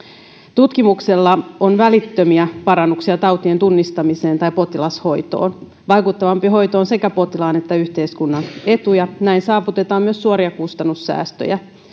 tutkimuksella on välittömiä parannuksia tautien tunnistamiseen tai potilashoitoon vaikuttavampi hoito on sekä potilaan että yhteiskunnan etu ja näin saavutetaan myös suoria kustannussäästöjä